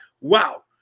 wow